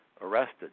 arrested